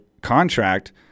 contract